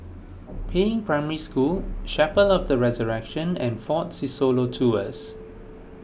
Peiying Primary School Chapel of the Resurrection and fort Siloso Tours